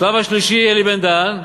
השלב השלישי, אלי בן-דהן,